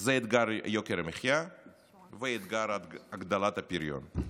זה אתגר יוקר המחיה ואתגר הגדלת הפריון.